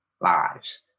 lives